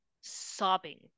sobbing